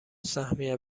سهمیه